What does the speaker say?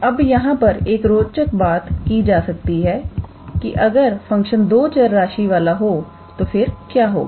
अब यहां पर एक रोचक बात की जा सकती है अगर फंक्शन दो चर राशि हो तो फिर क्या होगा